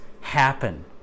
happen